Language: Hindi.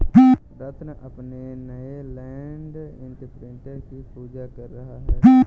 रत्न अपने नए लैंड इंप्रिंटर की पूजा कर रहा है